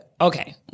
okay